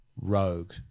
rogue